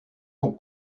pour